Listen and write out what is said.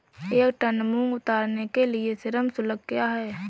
एक टन मूंग उतारने के लिए श्रम शुल्क क्या है?